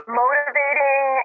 motivating